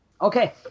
Okay